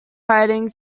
writing